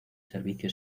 servicio